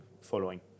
following